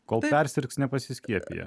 kol persirgs nepasiskiepiję